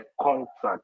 contract